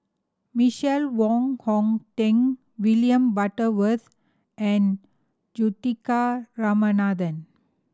Michael Wong Hong Teng William Butterworth and Juthika Ramanathan